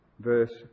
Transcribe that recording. verse